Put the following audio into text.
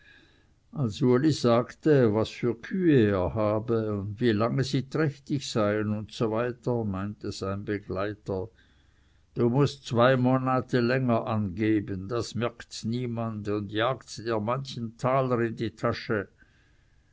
als uli sagte was für kühe er habe und wie lange sie trächtig seien usw meinte sein begleiter du mußt zwei monate länger angeben das merkt niemand und jagt dir manchen taler in die tasche